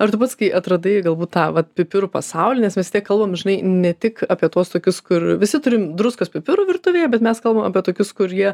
ar tu pats kai atradai galbūt tą vat pipirų pasaulį nes mes vis tiek kalbam žinai ne tik apie tuos ūkius kur visi turim druskos pipirų virtuvėje bet mes kalbam apie tokius kur jie